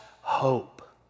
hope